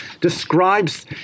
describes